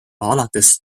alates